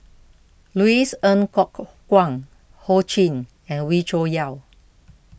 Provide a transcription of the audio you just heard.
Louis Ng Kok Kwang Ho Ching and Wee Cho Yaw